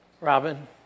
Robin